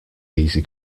easy